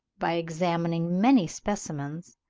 by examining many specimens,